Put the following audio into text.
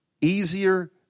easier